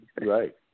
Right